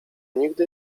nigdy